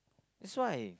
that's why